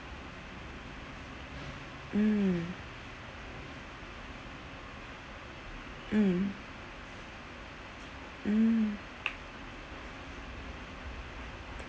mm mm mm